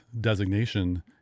designation